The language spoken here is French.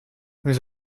nous